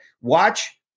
watch